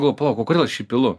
galvoju palauk o kodėl aš jį pilu